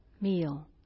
meal